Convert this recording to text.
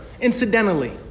incidentally